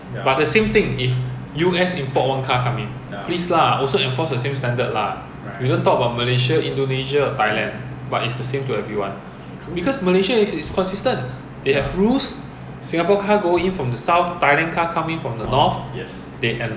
V_E_P lor vehicle entry permit I think one year they have certain days free there's no limit but it's don't know how many days are free so for example lah